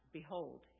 behold